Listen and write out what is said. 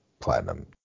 Platinum